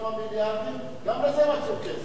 כמה מיליארדים, גם לזה מצאו כסף.